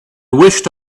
wished